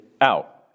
out